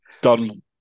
done